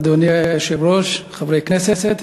אדוני היושב-ראש, חברי הכנסת,